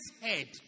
head